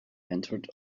entered